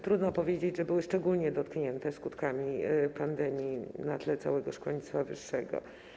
Trudno powiedzieć, żeby były szczególnie dotknięte skutkami pandemii na tle całego szkolnictwa wyższego.